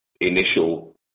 initial